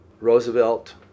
Roosevelt